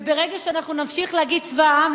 וברגע שאנחנו נמשיך להגיד "צבא העם",